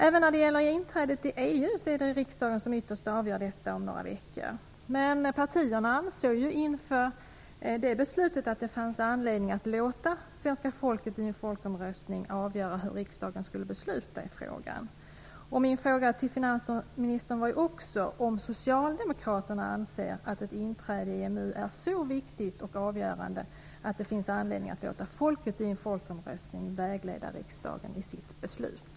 Även när det gäller inträdet i EU är det riksdagen som ytterst avgör detta om några veckor. Inför det beslutet ansåg partierna att det fanns anledning att låta svenska folket genom en folkomröstning avgöra hur riksdagen skulle besluta i frågan. Min fråga till finansministern var ju om socialdemokraterna anser att ett inträde i EMU är så viktigt och avgörande att det finns anledning att låta folket vid en folkomröstning vägleda riksdagen i sitt beslut.